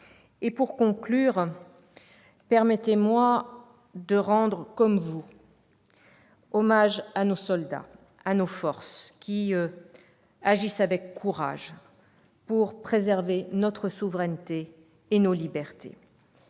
Pour conclure, permettez-moi de rendre, comme vous, hommage à nos soldats, à nos forces, qui agissent avec courage pour préserver notre souveraineté et nos libertés.